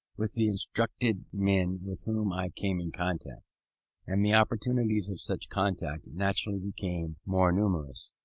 with the instructed men with whom i came in contact and the opportunities of such contact naturally became more numerous.